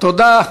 תודה.